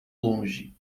longe